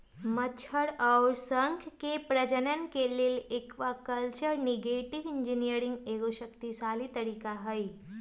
मछर अउर शंख के प्रजनन के लेल एक्वाकल्चर जेनेटिक इंजीनियरिंग एगो शक्तिशाली तरीका हई